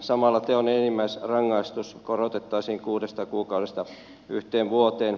samalla teon enimmäisrangaistus korotettaisiin kuudesta kuukaudesta yhteen vuoteen